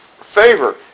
Favor